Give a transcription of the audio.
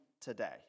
today